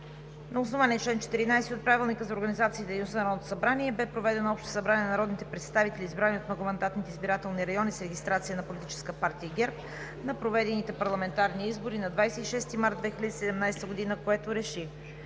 на основание чл. 14 от Правилника за организацията и дейността на Народното събрание бе проведено общо събрание на народните представители, избрани от многомандатните избирателни райони с регистрация на Политическа партия ГЕРБ на проведените парламентарни избори на 26 март 2017 г., което